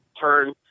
turn